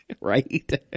Right